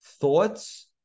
thoughts